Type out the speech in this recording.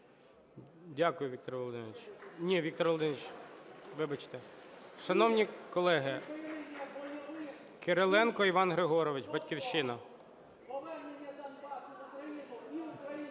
Дякую, Віктор Володимирович. Ні, Віктор Володимирович, вибачте. Шановні колеги! Кириленко Іван Григорович, "Батьківщина".